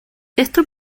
esto